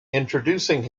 introducing